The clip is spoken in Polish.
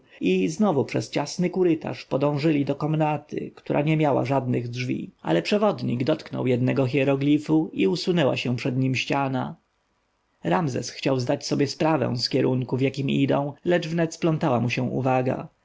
i znowu przez ciasny korytarz podążyli do komnaty która nie miała żadnych drzwi ale przewodnik dotknął jednego hieroglifu i usunęła się przed nim ściana ramzes chciał zdać sobie sprawę z kierunku w jakim idą lecz wnet splątała mu się uwaga